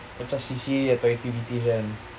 macam C_C_A atau activity kan